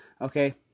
Okay